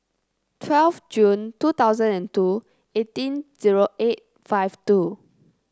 twelve Jun two thousand and two eighteen zero eight five two